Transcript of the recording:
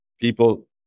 people